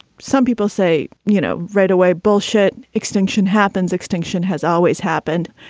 some people say, you know, rightaway bullshit, extinction happens. extinction has always happened.